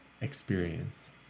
experience